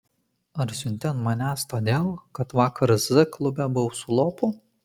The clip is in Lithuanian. ar siunti ant manęs todėl kad vakar z klube buvau su lopu